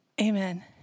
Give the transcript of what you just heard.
Amen